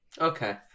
Okay